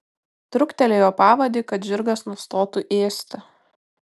truktelėjo pavadį kad žirgas nustotų ėsti